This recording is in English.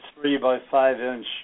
three-by-five-inch